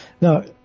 Now